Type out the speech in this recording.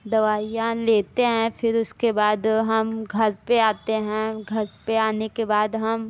दवाइयाँ लेते हैं फिर उसके बाद हम घर पर आते हैं घर पर आने के बाद हम